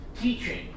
Teaching